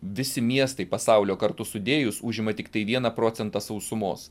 visi miestai pasaulio kartu sudėjus užima tiktai vieną procentą sausumos